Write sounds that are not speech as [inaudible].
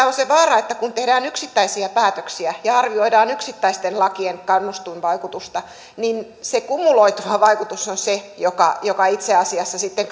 [unintelligible] on se vaara että kun tehdään yksittäisiä päätöksiä ja arvioidaan yksittäisten lakien kannustinvaikutusta niin se kumuloituva vaikutus on se joka joka itse asiassa sitten [unintelligible]